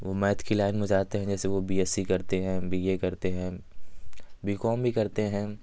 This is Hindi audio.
वो मैथ की लाइन में जाते हैं जैसे वो बी एस सी करते हैं बी ए करते हैं बी कॉम भी करते हैं